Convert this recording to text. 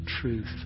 truth